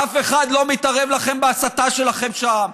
אף אחד לא מתערב לכם בהסתה שלכם שם.